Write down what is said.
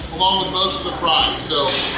along with most of the fries so